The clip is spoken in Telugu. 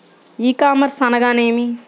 ఈ కామర్స్ అనగా నేమి?